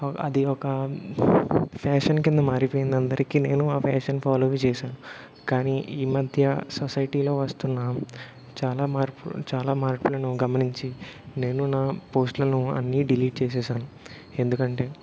అది ఒక ఫ్యాషన్ కింద మారిపోయింది అందరికీ నేను ఆ ఫ్యాషన్ ఫాలోగా చేశాను కానీ ఈ మధ్య సొసైటీలో వస్తున్న చాలా మార్పులు చాలా మార్పులను గమనించి నేను నా పోస్ట్లను అన్నీ డిలీట్ చేసేసాను ఎందుకంటే